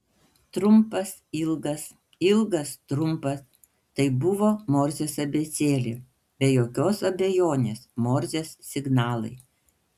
trumpas ilgas ilgas trumpas tai buvo morzės abėcėlė be jokios abejonės morzės signalai